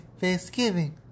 Thanksgiving